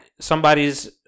Somebody's